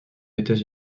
états